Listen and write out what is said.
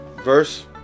Verse